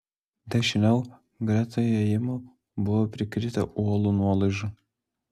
dešiniau greta įėjimo buvo prikritę uolų nuolaužų